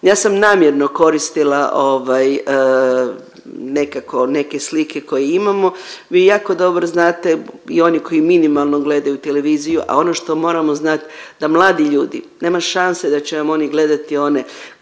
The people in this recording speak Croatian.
Ja sam namjerno koristila nekako neke slike koje imamo, vi jako dobro znate i oni koji minimalno gledaju televiziju, a ono što moramo znat da mladi ljudi nema šanse da će vam oni gledati one